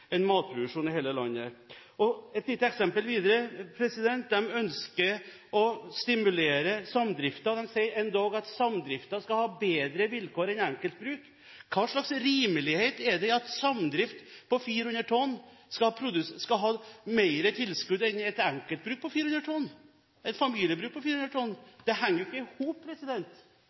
lite eksempel: De ønsker å stimulere samdriften. De sier endog at samdriften skal ha bedre vilkår enn enkeltbruk. Hva slags rimelighet er det i at samdrift på 400 tonn skal ha mer tilskudd enn et enkeltbruk/familiebruk på 400 tonn? Det henger ikke i hop. Det